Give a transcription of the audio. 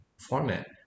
format